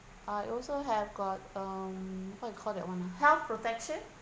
I also have got um what you call that one health protection